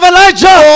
Elijah